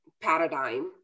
paradigm